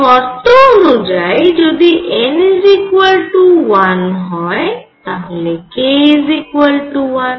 শর্ত অনুযায়ী যদি n 1 হয় তাহলে k 1